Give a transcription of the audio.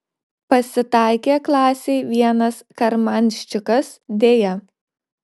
pasitaikė klasėj vienas karmanščikas deja